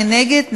מי נגד?